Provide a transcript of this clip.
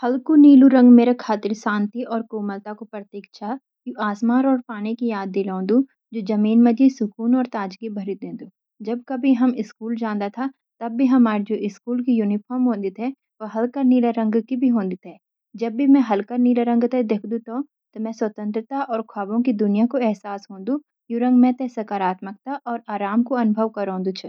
हल्कू नीलू रंग मेरा खातिर शांति और कोमलता कू प्रतीक छाया। यु आसमान और पानी की याद दिलोंदु जू मन माजी सुकुन और तजगी भारी देंदु। जब हम स्कूल जांदा था तब हमारी स्कूल की यूनिफार्म भी हल्का नीला रंग की हों दी थे। जब मैं हल्का नीला रंग ते देखदो तब मैं ते स्वतंत्रता और ख्वाबों की दुनिया कू एहसास होंडु। यु रंग मिले साकारात्मकता और आराम कु अनुभव क्रोंदु छ